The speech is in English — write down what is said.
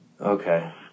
Okay